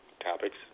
topics